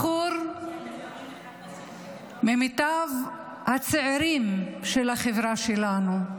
בחור ממיטב הצעירים של החברה שלנו,